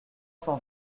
cent